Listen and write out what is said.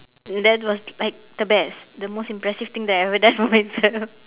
that was like the best the most impressive thing that I have ever done for myself